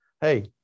hey